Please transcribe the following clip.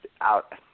out